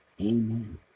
Amen